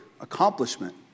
accomplishment